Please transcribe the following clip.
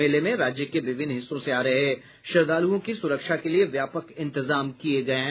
मेले में राज्य के विभिन्न हिस्सों से आ रहे श्रद्धालुओं की सुरक्षा के लिये व्यापक इंतजाम किये गये हैं